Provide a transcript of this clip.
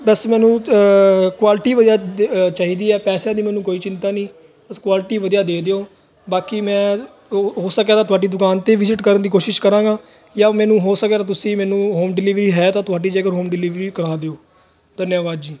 ਬਸ ਮੈਨੂੰ ਕੁਆਲਟੀ ਵਧੀਆ ਦ ਚਾਹੀਦੀ ਹੈ ਪੈਸਿਆਂ ਦੀ ਮੈਨੂੰ ਕੋਈ ਚਿੰਤਾ ਨਹੀਂ ਬਸ ਕੁਆਲਿਟੀ ਵਧੀਆ ਦੇ ਦਿਓ ਬਾਕੀ ਮੈਂ ਹੋ ਸਕਿਆ ਤਾਂ ਤੁਹਾਡੀ ਦੁਕਾਨ 'ਤੇ ਵਿਜਿਟ ਕਰਨ ਦੀ ਕੋਸ਼ਿਸ਼ ਕਰਾਂਗਾ ਜਾਂ ਮੈਨੂੰ ਹੋ ਸਕਿਆ ਤਾਂ ਤੁਸੀਂ ਮੈਨੂੰ ਹੋਮ ਡਿਲੀਵਰੀ ਹੈ ਤਾਂ ਤੁਹਾਡੀ ਜੇਕਰ ਹੋਮ ਡਿਲੀਵਰੀ ਕਰਵਾ ਦਿਓ ਧੰਨਵਾਦ ਜੀ